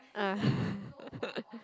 ah